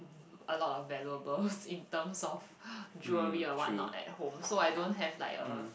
a lot of valuables in terms of jewelry or what not at home so I don't have like a